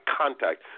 contact